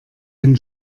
ein